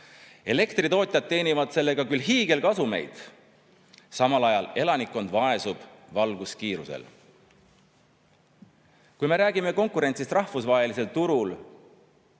Elektritootjad teenivad sellega küll hiigelkasumeid, samal ajal elanikkond vaesub valguskiirusel. Kui me räägime konkurentsist rahvusvahelisel turul,